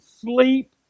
sleep